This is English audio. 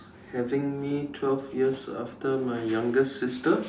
having me twelve years after my youngest sister